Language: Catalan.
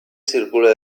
circula